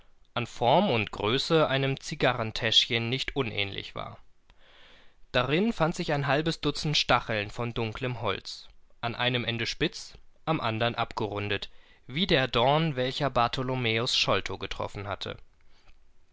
in form und größe war er einer zigarettendose ähnlich darin befanden sich ein halbes dutzend dornen aus dunklem holz am einen ende scharf und am andern ende abgerundet genau wie jener der bartholomew sholto getroffen hatte